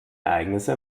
ereignisse